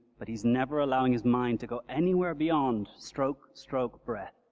but he's never allowing his mind to go anywhere beyond stroke, stroke, breath.